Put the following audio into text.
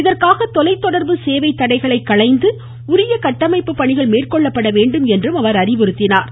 இதற்காக தொலைதொடர்பு சேவை தடைகளைக் களைந்து உரிய கட்டமைப்பு பணிகள் மேற்கொள்ளப்பட வேண்டும் என்றார்